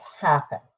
happen